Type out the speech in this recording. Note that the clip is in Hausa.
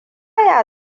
ya